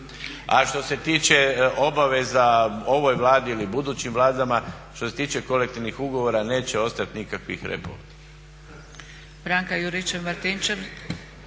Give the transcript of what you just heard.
A što se tiče obaveza ovoj Vladi ili budućim vladama, što se tiče kolektivnih ugovora neće ostati nikakvih repova.